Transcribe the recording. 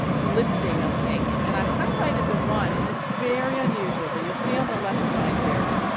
listing of things. and i highlighted the one, and it's very unusual, but you'll see on the left side here